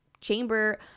chamber